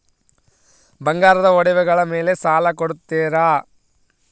ಬಂಗಾರದ ಒಡವೆಗಳ ಮೇಲೆ ಸಾಲ ಕೊಡುತ್ತೇರಾ?